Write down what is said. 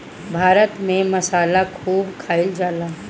भारत में मसाला खूब खाइल जाला